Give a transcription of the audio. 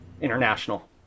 international